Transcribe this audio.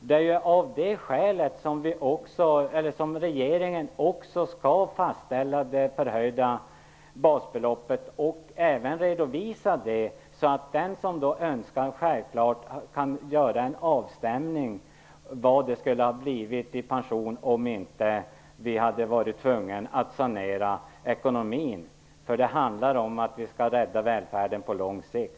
Det är också av det skälet som regeringen skall fastställa det förhöjda basbeloppet och redovisa det, så att den som så önskar kan göra en avstämning av hurdan pensionen skulle ha blivit, om vi inte hade varit tvungna att sanera ekonomin. Det handlar om att rädda välfärden på lång sikt.